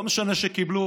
לא משנה שהם קיבלו